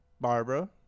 Barbara